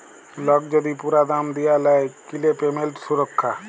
lock যদি পুরা দাম দিয়া লায় কিলে পেমেন্ট সুরক্ষা